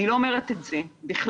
אני לא אומרת את זה בכלל.